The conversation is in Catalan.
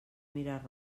mirar